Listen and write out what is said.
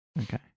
Okay